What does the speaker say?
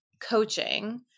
coaching